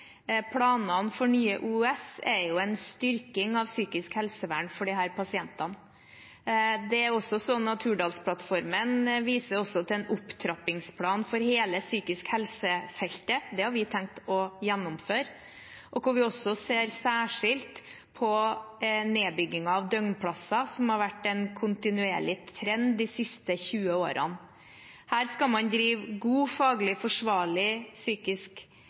styrking av psykisk helsevern for disse pasientene. Hurdalsplattformen viser også til en opptrappingsplan for hele psykisk helse-feltet – det har vi tenkt å gjennomføre – hvor vi vil se særskilt på nedbyggingen av døgnplasser, som har vært en kontinuerlig trend de siste 20 årene. Her skal man drive god og faglig forsvarlig psykisk